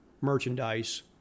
merchandise